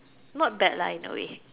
not bad lah in a way